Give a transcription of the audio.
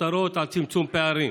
הכותרות על צמצום פערים